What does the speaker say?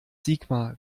sigmar